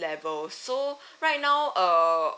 levels so right now uh